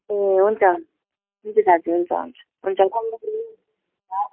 ए हुन्छ हुन्छ दाजु हुन्छ